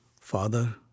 Father